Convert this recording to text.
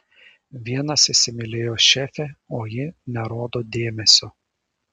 vienas įsimylėjo šefę o ji nerodo dėmesio